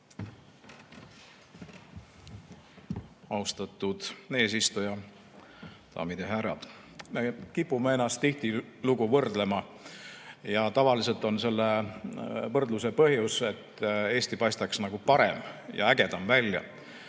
Austatud eesistuja! Daamid ja härrad! Me kipume ennast tihtilugu võrdlema ja tavaliselt on selle võrdluse põhjus, et Eesti paistaks nagu parem ja ägedam välja.